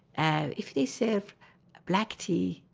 and if they serve black tea,